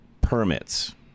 permits